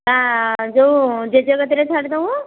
ନା ଯେଉଁ ଜେଜ କତିରେ ଛାଡ଼ିଦେବୁ